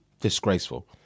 disgraceful